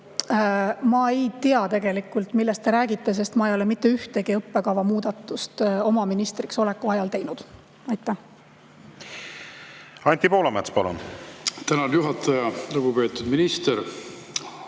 Ma ei tea tegelikult, millest te räägite, sest ma ei ole mitte ühtegi õppekavamuudatust oma ministriks oleku ajal teinud. Aitäh